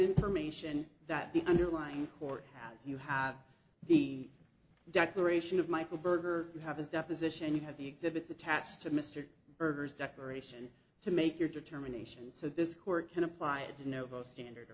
information that the underlying court has you have the declaration of michael berger you have his deposition you have the exhibits attached to mr berger's declaration to make your determinations so this court can apply to novo standard